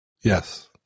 Yes